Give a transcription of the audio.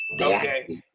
Okay